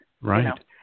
Right